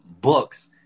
books